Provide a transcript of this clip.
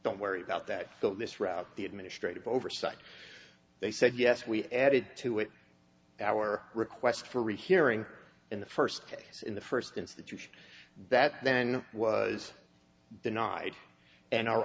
don't worry about that go this route the administrative oversight they said yes we added to it our request for a rehearing in the first case in the first institution that then was denied and our